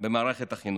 במערכת החינוך.